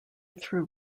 through